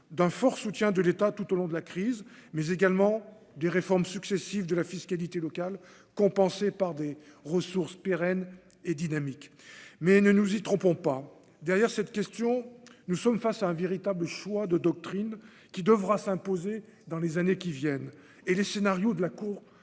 d'un fort soutien de l'État, tout au long de la crise, mais également des réformes successives de la fiscalité locale, compensée par des ressources pérennes et dynamiques, mais ne nous y trompons pas, derrière cette question, nous sommes face à un véritable choix de doctrine qui devra s'imposer dans les années qui viennent et les scénarios de la Cour permettent